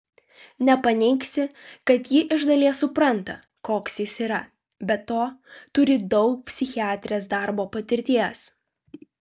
nepaneigsi kad ji iš dalies supranta koks jis yra be to turi daug psichiatrės darbo patirties